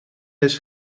eens